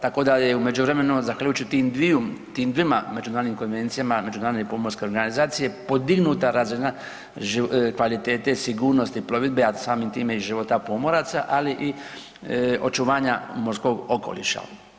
Tako da je u međuvremenu zaključiti tim dviju, tim dvima međunarodnim konvencijama Međunarodne pomorske organizacije podignuta razina kvalitete sigurnosti plovidbe, a samim time i života pomoraca, ali i očuvanja morskog okoliša.